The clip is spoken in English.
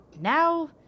Now